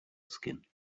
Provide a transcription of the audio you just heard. skin